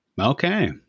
Okay